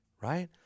right